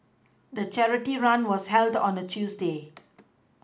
the charity run was held on a Tuesday